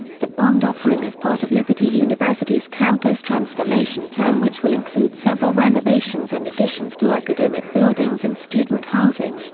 the bond offering is part of liberty university's campus transformation plan which will include several renovations and additions to academic buildings and student housing,